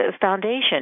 foundation